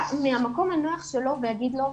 מהמקום הנוח שלו ויגיד לו: